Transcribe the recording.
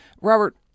Robert